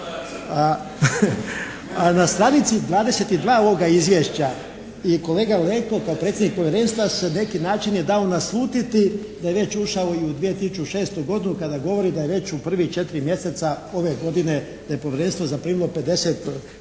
A na stranici 22 ovoga Izvješća i kolega Leko kao predsjednik Povjerenstva na neki način je dao naslutiti da već ušao i u 2006. godinu kada govori da je već u prvih četiri mjeseca ove godine da je Povjerenstvo zaprimilo 50